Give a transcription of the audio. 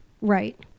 Right